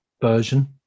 version